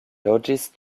loĝis